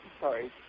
Sorry